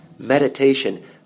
Meditation